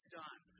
done